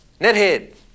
Nethead